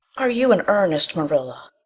are you in earnest, marilla?